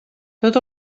tot